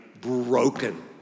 broken